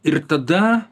ir tada